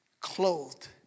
clothed